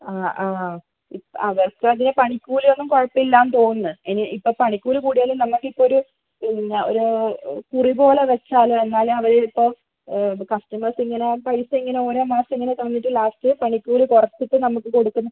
ആ ആ ഇപ്പം അവർക്ക് അത് പണിക്കൂലിയൊന്നും കുഴപ്പം ഇല്ലെന്ന് തോന്നുന്നു ഇനി ഇപ്പോൾ പണിക്കൂലി കൂടിയാലും നമുക്ക് ഇപ്പോൾ ഒരു എന്താണ് ഒരു കുറി പോലെ വെച്ചാൽ എന്നാൽ അവർ ഇപ്പോൾ കസ്റ്റമേഴ്സ് ഇങ്ങനെ പൈസ ഇങ്ങനെ ഓരോ മാസം ഇങ്ങനെ തന്നിട്ട് ലാസ്റ്റ് പണിക്കൂലി കുറച്ചിട്ട് നമുക്ക് കൊടുക്കുന്ന